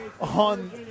on